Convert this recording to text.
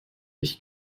ich